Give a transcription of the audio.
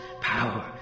power